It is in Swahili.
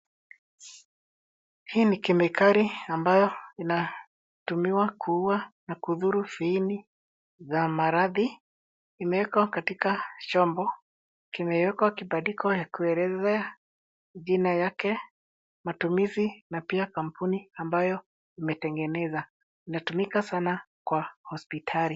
Hii ni kemikali amabyo inatumika kuuwa na kudhuru viini za maradhi. Imewekwa katika chombo. Kimewekwa kibandiko ya kuelezea jina yake, matumizi na pia kampuni ambayo imetengeneza. Inatumika sana kwa hospitali.